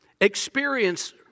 experience